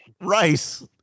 Rice